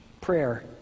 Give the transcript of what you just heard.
prayer